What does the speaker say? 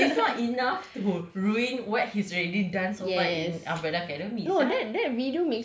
ya it's not enough to ruin what he has already done so far at umbrella academy sia